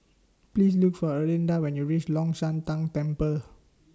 Please Look For Erlinda when YOU REACH Long Shan Tang Temple